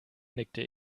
nickte